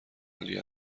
عالی